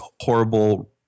horrible